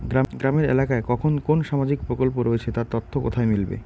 গ্রামের এলাকায় কখন কোন সামাজিক প্রকল্প রয়েছে তার তথ্য কোথায় মিলবে?